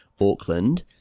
Auckland